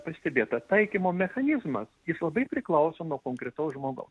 pastebėta taikymo mechanizmas jis labai priklauso nuo konkretaus žmogaus